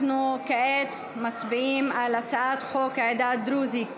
אנחנו כעת מצביעים על הצעת חוק העדה הדרוזית,